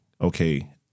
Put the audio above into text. okay